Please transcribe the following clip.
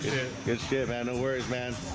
good shit man. no worries man.